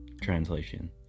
translation